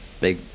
big